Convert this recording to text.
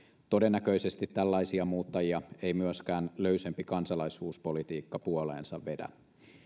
todennäköisesti tällaisia muuttajia ei myöskään löysempi kansalaisuuspolitiikka puoleensa vedä